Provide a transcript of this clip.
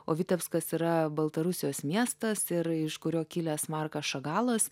o vitebskas yra baltarusijos miestas ir iš kurio kilęs markas šagalas